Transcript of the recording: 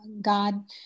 God